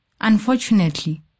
Unfortunately